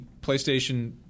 PlayStation